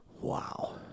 wow